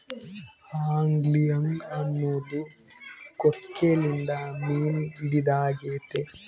angling ಅನ್ನೊದು ಕೊಕ್ಕೆಲಿಂದ ಮೀನು ಹಿಡಿದಾಗೆತೆ